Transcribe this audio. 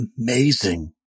amazing